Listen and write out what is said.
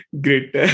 Great